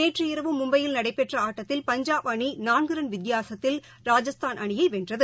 நேற்றுமும்பையில் நடைபெற்றஆட்டத்தில் பஞ்சாப் அளிநாள்குரன் வித்தியாசத்தில் ராஜஸ்தான் அணியைவென்றது